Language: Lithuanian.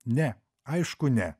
ne aišku ne